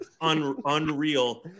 unreal